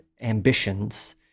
ambitions